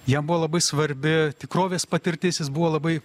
jam buvo labai svarbi tikrovės patirtis jis buvo labai